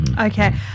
Okay